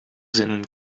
zinnen